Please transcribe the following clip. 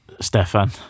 Stefan